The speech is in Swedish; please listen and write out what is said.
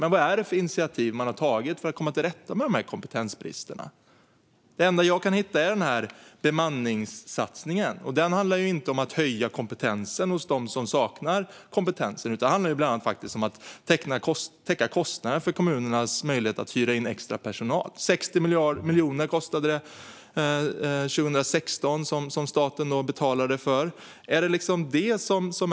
Men vad är det för initiativ man har tagit för att komma till rätta med de här kompetensbristerna? Det enda jag kan hitta är bemanningssatsningen. Den handlar ju inte om att höja kompetensen hos dem som saknar kompetensen, utan den handlar bland annat om att täcka kommunernas kostnader för att hyra in extrapersonal. År 2016 var kostnaden 60 miljoner, som staten betalade.